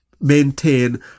maintain